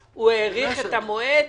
הוא האריך את המועד.